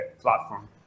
platform